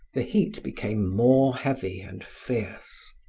the heat became more heavy and fierce.